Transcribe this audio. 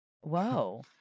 Whoa